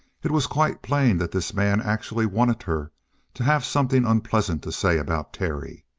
it was quite plain that this man actually wanted her to have something unpleasant to say about terry.